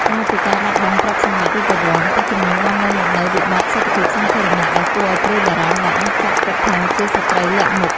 ក្រៅពីការបាត់បង់ទ្រព្យសម្បត្តិរូបវន្ត ទឹកជំនន់បាននាំមកនូវវិបត្តិសុខភាពសាធារណៈដ៏គួរឱ្យព្រួយបារម្ភ ដែលអាចចាត់ទុកថាជាសត្រូវលាក់មុខ។